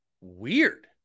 weird